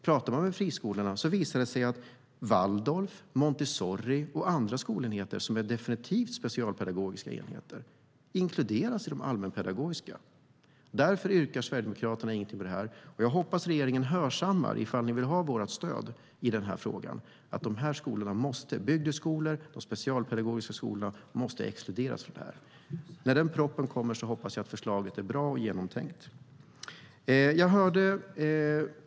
Problemet är att Waldorf, Montessori och andra skolenheter som definitivt är specialpedagogiska räknas som allmänpedagogiska. Därför yrkar Sverigedemokraterna inte bifall till denna reservation. Om regeringen vill ha vårt stöd i denna fråga hoppas jag att man hörsammar att bygdeskolor och specialpedagogiska skolor måste exkluderas. När propositionen kommer hoppas jag att förslaget är bra och genomtänkt.